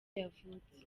yavutse